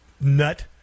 nut